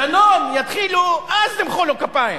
דנון יתחילו אז למחוא לו כפיים.